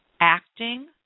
acting